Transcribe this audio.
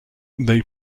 they